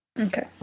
Okay